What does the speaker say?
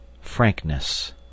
frankness